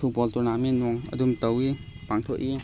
football tournament ꯅꯨꯡ ꯑꯗꯨꯝ ꯇꯧꯏ ꯄꯥꯡꯊꯣꯛꯏ